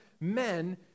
men